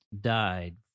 died